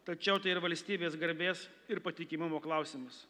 tačiau tai ir valstybės garbės ir patikimumo klausimas